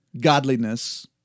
godliness